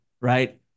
right